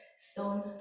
stone